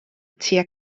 tua